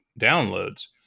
downloads